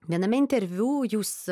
viename interviu jūs